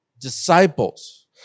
Disciples